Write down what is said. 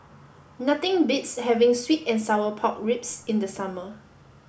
nothing beats having Sweet and Sour Pork Ribs in the summer